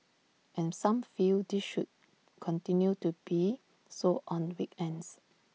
and some feel this should continue to be so on weekends